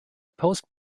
post